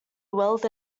wealth